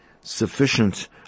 sufficient